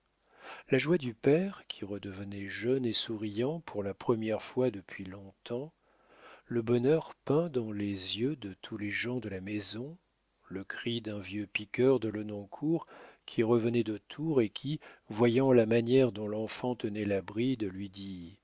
la joie du père qui redevenait jeune et souriait pour la première fois depuis long-temps le bonheur peint dans les yeux de tous les gens de la maison le cri d'un vieux piqueur de lenoncourt qui revenait de tours et qui voyant la manière dont l'enfant tenait la bride lui dit